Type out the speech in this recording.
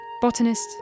botanist